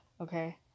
Okay